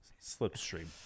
Slipstream